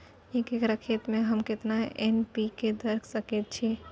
एक एकर खेत में हम केतना एन.पी.के द सकेत छी?